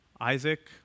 Isaac